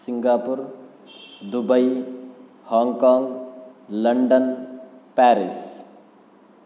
Singapore Dubai Hong Kong London Paris